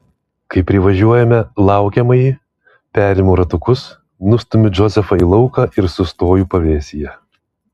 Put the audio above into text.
kai privažiuojame laukiamąjį perimu ratukus nustumiu džozefą į lauką ir sustoju pavėsyje